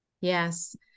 Yes